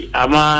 ama